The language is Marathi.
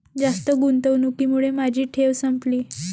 जास्त गुंतवणुकीमुळे माझी ठेव संपली